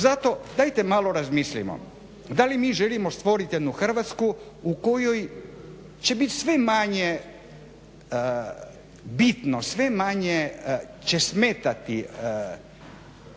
Zato, dajte malo razmislimo, da li mi želimo stvoriti jednu Hrvatsku u kojoj će biti sve manje, bitno sve manje će smetati razni